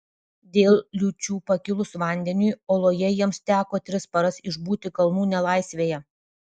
dėl liūčių pakilus vandeniui oloje jiems teko tris paras išbūti kalnų nelaisvėje